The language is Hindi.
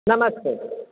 नमस्ते